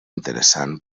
interessant